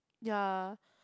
ya